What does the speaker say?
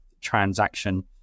transaction